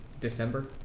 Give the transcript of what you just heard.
December